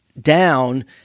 down